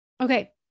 Okay